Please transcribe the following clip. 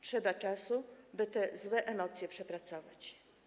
Trzeba czasu, by te złe emocje przepracować.